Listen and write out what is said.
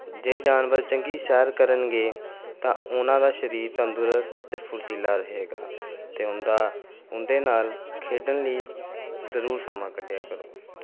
ਜੇ ਜਾਨਵਰ ਚੰਗੀ ਸੈਰ ਕਰਨਗੇ ਤਾਂ ਉਹਨਾਂ ਦਾ ਸਰੀਰ ਤੰਦਰੁਸਤ ਅਤੇ ਫੁਰਤੀਲਾ ਰਹੇਗਾ ਅਤੇ ਉਹਨਾਂ ਦਾ ਉਹਨਾਂ ਦੇ ਨਾਲ ਖੇਡਣ ਲਈ ਜ਼ਰੂਰ ਸਮਾਂ ਕੱਢਿਆ ਕਰੋ